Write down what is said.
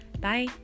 Bye